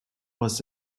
was